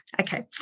Okay